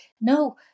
no